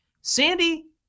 Sandy